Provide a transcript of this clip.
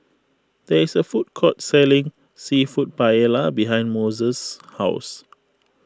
there is a food court selling Seafood Paella behind Moses' house